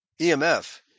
EMF